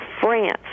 France